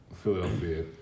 Philadelphia